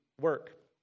Work